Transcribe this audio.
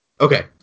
Okay